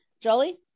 Jolly